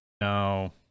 No